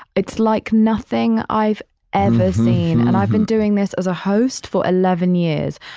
it's like nothing i've ever seen. and i've been doing this as a host for eleven years.